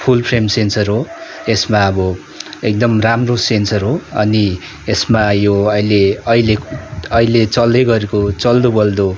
फुल frame sensor हो यसमा अब एकदम राम्रो सेन्सर हो अनि यसमा यो अहिले अहिले अहिले चल्दै गरेको चल्दो बल्दो